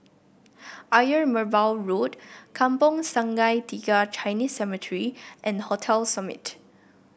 Ayer Merbau Road Kampong Sungai Tiga Chinese Cemetery and Hotel Summit